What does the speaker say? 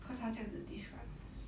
cause 他这样子 describe